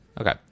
Okay